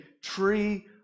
tree